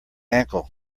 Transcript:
ankle